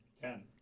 Ten